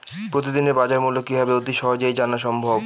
প্রতিদিনের বাজারমূল্য কিভাবে অতি সহজেই জানা সম্ভব?